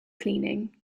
cleaning